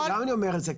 למה אני אומר את זה?